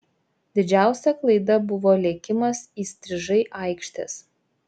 didžiausia klaida buvo lėkimas įstrižai aikštės